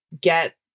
get